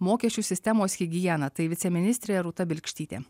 mokesčių sistemos higiena tai viceministrė rūta bilkštytė